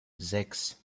sechs